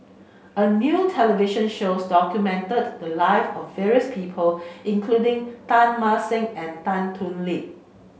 a new television shows documented the live of various people including Teng Mah Seng and Tan Thoon Lip